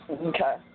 Okay